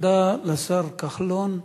תודה לשר כחלון.